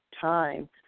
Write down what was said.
time